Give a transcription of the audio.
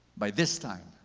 by this time,